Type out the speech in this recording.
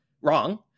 wrong